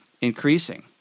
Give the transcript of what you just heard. increasing